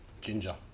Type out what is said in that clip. Ginger